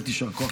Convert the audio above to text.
באמת יישר כוח.